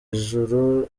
ijuru